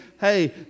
Hey